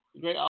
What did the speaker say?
great